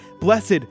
Blessed